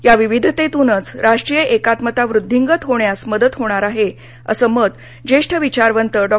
या विविधतेतूनच राष्ट्रीय एकात्मता वृध्दींगत होण्यास मदत होणार आहे असं मत ज्येष्ठ विचारवंत डॉ